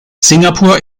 singapur